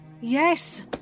Yes